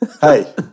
Hey